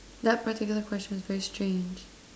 that particular question very strange